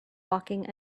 walking